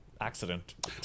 accident